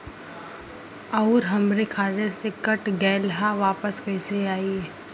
आऊर हमरे खाते से कट गैल ह वापस कैसे आई?